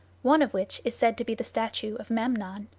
one of which is said to be the statue of memnon.